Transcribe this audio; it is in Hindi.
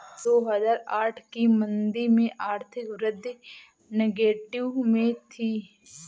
दो हजार आठ की मंदी में आर्थिक वृद्धि नेगेटिव में थी